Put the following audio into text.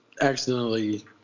accidentally